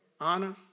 Honor